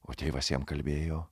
o tėvas jam kalbėjo